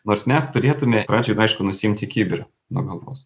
nors mes turėtume pradžioj aišku nusiimti kibirą nuo galvos